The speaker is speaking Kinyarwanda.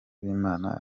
b’imana